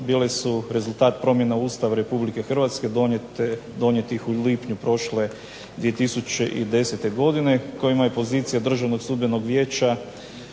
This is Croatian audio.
bile su rezultat promjena Ustava RH donijetih u lipnju prošle 2010. godine kojima je pozicija Državnog sudbenog vijeća